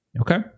Okay